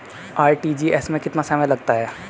RTGS में कितना समय लगता है?